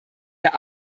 der